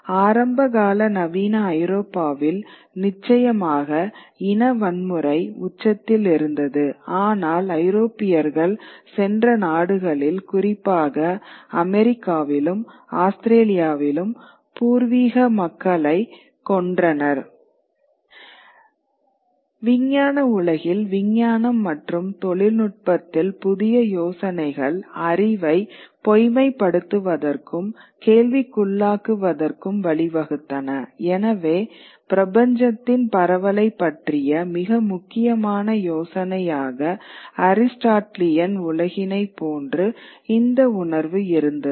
ஆரம்பகால நவீன ஐரோப்பாவில் நிச்சயமாக இன வன்முறை உச்சத்தில் இருந்தது ஆனால் ஐரோப்பியர்கள் சென்ற நாடுகளில் குறிப்பாக அமெரிக்காவிலும் ஆஸ்திரேலியாவிலும் பூர்வீக மக்களைக் கொன்றனர் விஞ்ஞான உலகில் விஞ்ஞானம் மற்றும் தொழில்நுட்பத்தில் புதிய யோசனைகள் அறிவை பொய்மைப்படுத்துவதற்கும் கேள்விக்குள்ளாக்குவதற்கும் வழிவகுத்தன எனவே பிரபஞ்சத்தின் பரவலைப் பற்றிய மிக முக்கியமான யோசனையாக அரிஸ்டாட்டிலியன் உலகினை போன்று இந்த உணர்வு இருந்தது